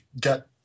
get